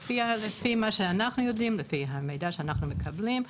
לפי מה שאנחנו יודעים, לפי המידע שאנחנו מקבלים,